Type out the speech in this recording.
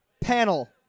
Panel